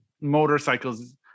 motorcycles